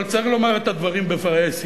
אבל צריך לומר את הדברים בפרהסיה.